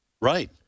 Right